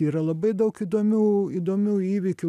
yra labai daug įdomių įdomių įvykių